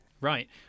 Right